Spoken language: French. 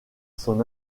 son